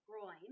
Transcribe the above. groin